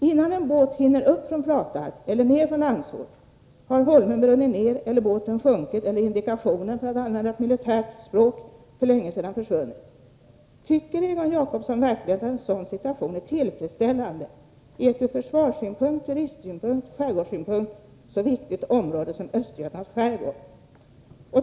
Innan en båt hinner upp från Flatarp eller ner från Landsort har holmen brunnit ner eller båten sjunkit eller indikationen — för att använda militärt språk — för länge sedan försvunnit. Tycker Egon Jacobsson verkligen att en sådan situation är tillfredsställande i ett ur försvarssynpunkt, turistsynpunkt och skärgårdssynpunkt så viktigt område som Östergötlands skärgård?